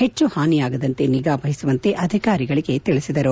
ಹೆಚ್ಚು ಹಾನಿಯಾಗದಂತೆ ನಿಗಾ ವಹಿಸುವಂತೆ ಅಧಿಕಾರಿಗಳಿಗೆ ತಿಳಿಸಿದರು